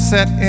Set